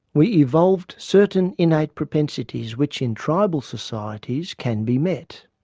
we evolved certain innate propensities which in tribal societies can be met,